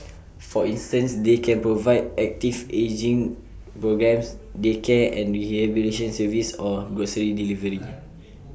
for instance they can provide active ageing programmes daycare and rehabilitation services or grocery delivery